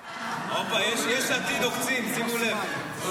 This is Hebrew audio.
הופה, יש עתיד עוקצים, שימו לב.